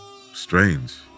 strange